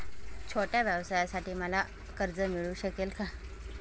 छोट्या व्यवसायासाठी मला कर्ज मिळू शकेल का?